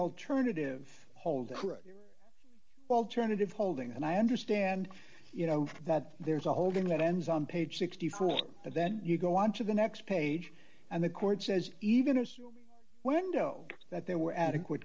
alternative hold alternative holding and i understand you know that there's a holding that ends on page sixty four but then you go on to the next page and the court says even if when doe that